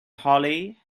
hollie